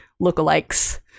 lookalikes